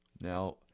Now